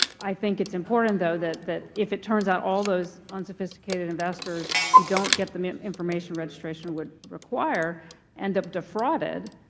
i think it's important, though, that that if it turns out all the unsophisticated investors who don't get the information registration would require end up defrauded,